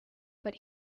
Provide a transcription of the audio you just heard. but